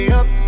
up